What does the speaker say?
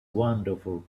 wonderful